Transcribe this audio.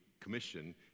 Commission